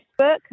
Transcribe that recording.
Facebook